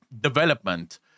development